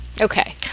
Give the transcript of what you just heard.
okay